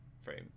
frame